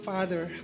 Father